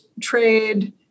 trade